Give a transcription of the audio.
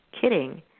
kidding